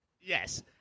Yes